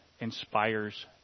inspires